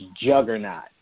Juggernaut